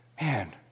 Man